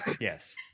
yes